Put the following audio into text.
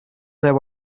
there